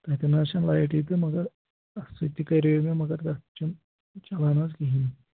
تَتہِ نَس حظ چھَنہٕ لایٹٕے تہٕ مَگر اَتھٕ سۭتۍ تہِ کریٚو مےٚ مَگر تتھ چھُنہٕ چلان حظ کِہیٖنٛۍ